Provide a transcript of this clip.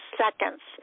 seconds